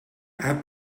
add